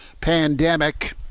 pandemic